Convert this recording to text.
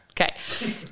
Okay